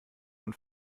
und